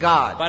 God